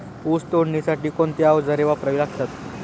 ऊस तोडणीसाठी कोणती अवजारे वापरावी लागतात?